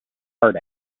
heart